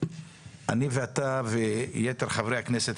אני ואתה ויתר חברי הכנסת,